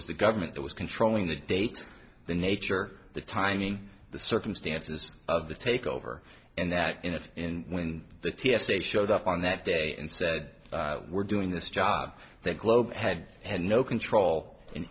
was the government that was controlling the date the nature the timing the circumstances of the takeover and that if and when the t s a showed up on that day and said we're doing this job that globe had had no control in